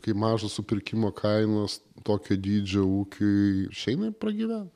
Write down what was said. kai mažos supirkimo kainos tokio dydžio ūkiui išeina pragyvent